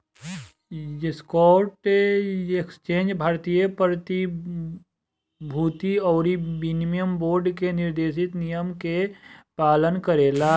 stock exchange भारतीय प्रतिभूति अउरी विनिमय बोर्ड के निर्देशित नियम के पालन करेला